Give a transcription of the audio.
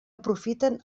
aprofiten